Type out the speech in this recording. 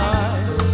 eyes